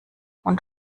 und